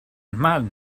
mal